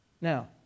Now